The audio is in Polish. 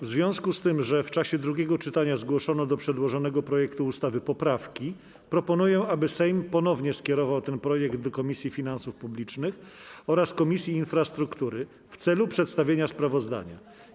W związku z tym, że w czasie drugiego czytania zgłoszono do przedłożonego projektu ustawy poprawki, proponuję, aby Sejm ponownie skierował ten projekt do Komisji Finansów Publicznych oraz Komisji Infrastruktury w celu przedstawienia sprawozdania.